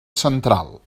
central